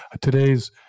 Today's